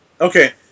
Okay